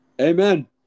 Amen